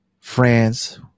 france